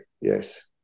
yes